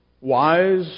wise